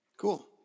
Cool